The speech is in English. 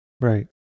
Right